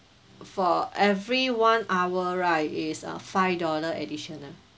for every one hour right is a five dollar additional